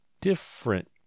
different